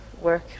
work